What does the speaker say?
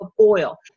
oil